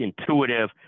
Intuitive